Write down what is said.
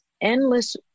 endless